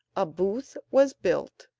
a booth was built,